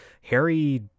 Harry